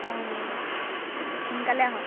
সোনকালে আহক